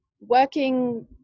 working